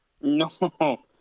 No